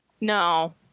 No